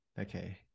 okay